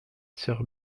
sœur